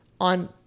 on